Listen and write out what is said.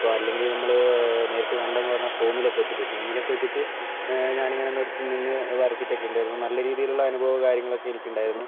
ഇപ്പോൾ അല്ലെങ്കിൽ നമ്മൾ നേരിട്ട് കാണേണ്ടതെന്ന് പറഞ്ഞാൽ സൂമിലൊക്കെ വെച്ചിട്ട് സൂമിലോക്കെ വെച്ചിട്ട് ഞാനിങ്ങനെ നിർത്തി നിന്ന് വരച്ചിട്ടൊക്കെ ഉണ്ടായിരുന്നു നല്ല രീതിയിലുള്ള അനുഭവം കാര്യങ്ങളൊക്കെ എനിക്കുണ്ടായിരുന്നു